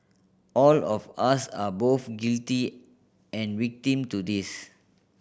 all of us are both guilty and victim to this